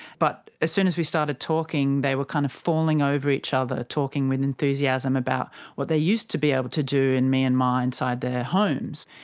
but as soon as we started talking they were kind of falling over each other, talking with enthusiasm about what they used to be able to do in myanmar inside their homes.